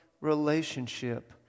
relationship